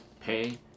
pay